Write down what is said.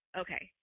okay